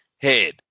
head